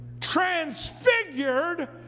transfigured